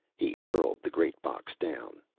he hurled the great box down.